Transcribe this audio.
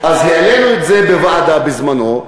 העלינו את זה בוועדה בזמנו.